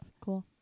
Cool